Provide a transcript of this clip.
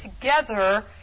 together